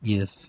Yes